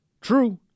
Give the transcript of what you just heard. True